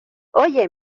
oye